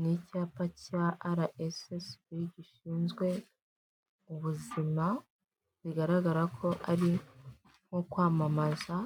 Ni icyapa cya ara esesibi gishinzwe ubuzima bigaragara ko ari nko kwamamaza,